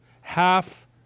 half